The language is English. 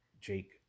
Jake